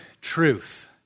truth